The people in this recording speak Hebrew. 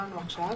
-- שקראנו עכשיו.